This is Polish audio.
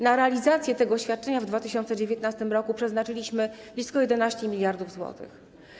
Na realizację tego świadczenia w 2019 r. przeznaczyliśmy blisko 11 mld zł.